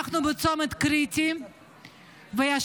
אנחנו בצומת קריטי וברור,